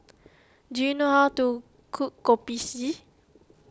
do you know how to cook Kopi C